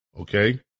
Okay